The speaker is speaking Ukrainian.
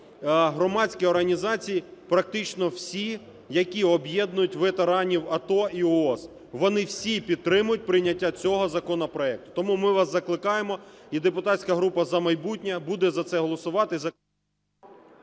громадські організації практично всі, які об'єднують ветеранів АТО і ООС. Вони всі підтримують прийняття цього законопроекту. Тому ми вас закликаємо, і депутатська група "За майбутнє" буде за це голосувати…